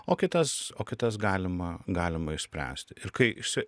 o kitas o kitas galima galima išspręsti ir kai išsi